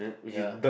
ya